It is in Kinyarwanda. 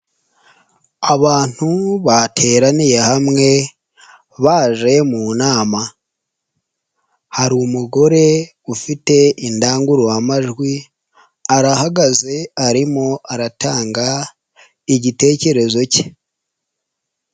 Abantu bateraniye hamwe baje mu nama, hari umugore ufite indangururamajwi, arahagaze arimo aratanga igitekerezo ke.